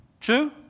True